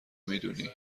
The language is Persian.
میدونی